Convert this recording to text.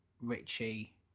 Richie